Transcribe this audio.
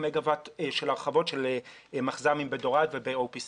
מגה-ואט של הרחבות מחז"מים בדורד ב-או.פי.סי..